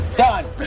done